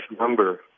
number